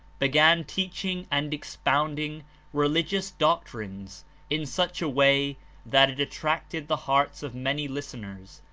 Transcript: began teaching and expound ing religious doctrines in such a way that it attracted the hearts of many listeners,